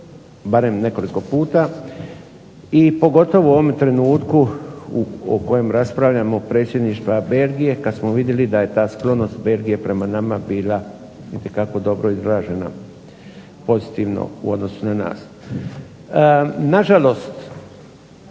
barem nekoliko puta, i pogotovo u ovom trenutku o kojem raspravljamo predsjedništva Belgije kad smo vidjeli da je ta sklonost Belgije prema nama bila itekako dobro izražena pozitivno u odnosu na nas. Nažalost